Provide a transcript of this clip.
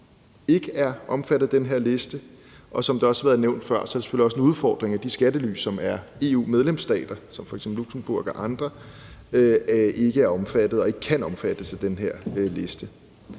ikke er omfattet af den her liste, og som det også har været nævnt før, er det selvfølgelig også en udfordring, at de skattely, som er EU-medlemsstater som f.eks. Luxembourg og andre, ikke er omfattet og ikke kan omfattes af den her liste.